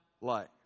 life